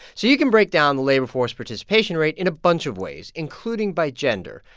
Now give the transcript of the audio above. so you can break down the labor force participation rate in a bunch of ways, including by gender.